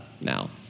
now